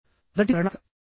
మొదటిది ప్రణాళిక